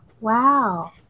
wow